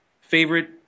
Favorite